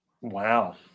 Wow